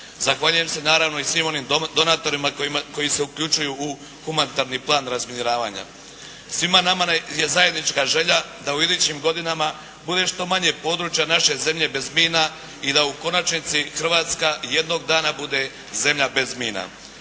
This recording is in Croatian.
Zahvaljujem se naravno i svim onim donatorima koji se uključuju u humanitarni plan razminiravanja. Svima nama je zajednička želja da u idućim godinama bude što manje područja naše zemlje bez mina i da u konačnici Hrvatska jednog dana bude zemlja bez mina.